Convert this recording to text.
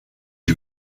you